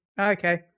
Okay